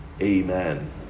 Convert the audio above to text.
Amen